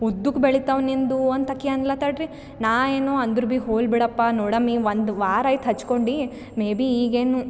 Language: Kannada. ಉದ್ದಕ್ ಬೆಳಿತಾವೆ ನಿಂದು ಅಂತಆಕಿ ಅಂದ್ಲತಾಳು ರೀ ನಾ ಏನೋ ಅಂದ್ರ ಬಿ ಹೋಗ್ಲ್ ಬಿಡಪ್ಪ ನೋಡಮ್ಮಿ ಒಂದು ವಾರ ಐತ್ ಹಚ್ಕೊಂಡು ಮೆ ಬಿ ಈಗೇನು